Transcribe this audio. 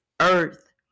earth